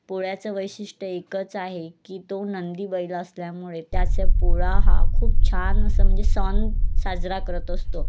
पोळ्याचं वैशिष्ट्य एकच आहे की तो नंदी बैल असल्यामुळे त्याचा पोळा हा खूप छान असं म्हणजे सण साजरा करत असतो